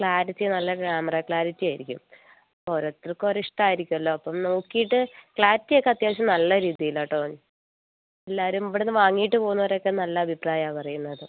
clarity നല്ല camera clarity ആയിരിക്കും ഓരോരുത്തർക്കും ഓരോ ഇഷ്ടമായിരിക്കുമല്ലോ അപ്പം നോക്കിയിട്ട് ക്ലാരിറ്റി ഒക്കെ അത്യാവശ്യം നല്ല രീതിയിൽ ആണ് കേട്ടോ എല്ലാവരും ഇവിടുന്ന് വാങ്ങിയിട്ട് പോകുന്നവരൊക്കെ നല്ല അഭിപ്രായം ആണ് പറയുന്നത്